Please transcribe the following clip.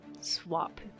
swap